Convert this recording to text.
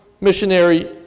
missionary